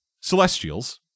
celestials